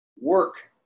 work